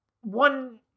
one